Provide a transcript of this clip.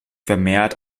vermehrt